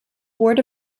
word